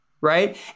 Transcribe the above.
right